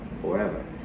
forever